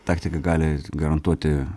taktika gali garantuoti